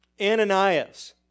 Ananias